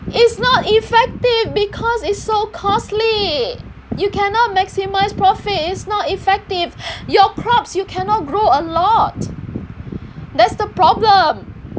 it's not effective because it's so costly you cannot maximize profits it's not effective your crops you cannot grow a lot that's the problem